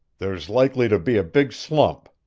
there's likely to be a big slump.